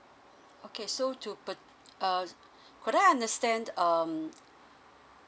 okay so to per uh could I understand um